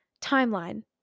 timeline